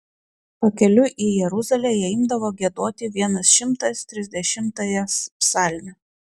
pakeliui į jeruzalę jie imdavo giedoti vienas šimtas trisdešimtąją psalmę